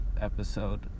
Episode